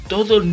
Todo